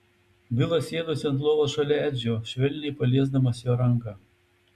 bilas sėdosi ant lovos šalia edžio švelniai paliesdamas jo ranką